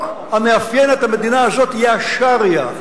המאפיין את המדינה הזאת יהיה השריעה.